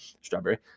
Strawberry